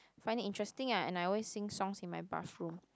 find it interesting ah and I always sing songs in my bathroom